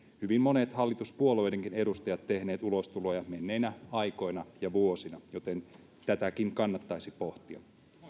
hyvin monet hallituspuolueidenkin edustajat tehneet ulostuloja menneinä aikoina ja vuosina joten tätäkin kannattaisi pohtia